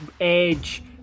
Edge